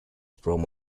from